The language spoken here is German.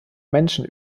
menschen